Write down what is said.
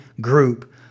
group